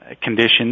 conditions